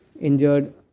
injured